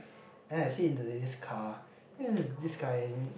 and then I sit into this car this is this guy